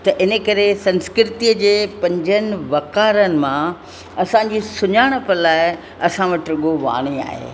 त इन करे संस्कृतीअ जे पंजनि वकारनि मां असां जी सुञाणप लाइ असां वटि रुॻो वाणी आहे